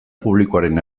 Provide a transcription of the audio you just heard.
publikoaren